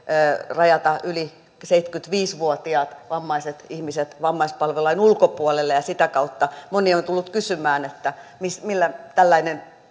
rajata yli seitsemänkymmentäviisi vuotiaat vammaiset ihmiset vammaispalvelulain ulkopuolelle ja sitä kautta moni on tullut kysymään millä tällainen